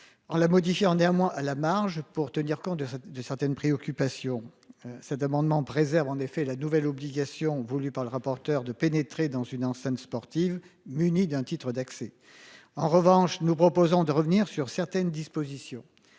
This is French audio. En la modifiant néanmoins à la marge pour tenir compte de de certaines préoccupations cet amendement préserve en effet la nouvelle obligation voulue par le rapporteur de pénétrer dans une enceinte sportive. Muni d'un titre d'accès. En revanche, nous proposons de revenir sur certaines dispositions